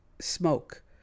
smoke